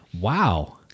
Wow